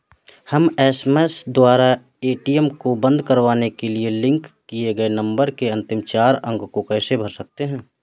हम एस.एम.एस द्वारा ए.टी.एम को बंद करवाने के लिए लिंक किए गए नंबर के अंतिम चार अंक को कैसे भर सकते हैं?